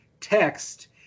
text